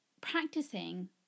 practicing